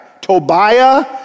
Tobiah